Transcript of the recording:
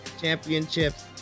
championships